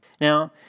Now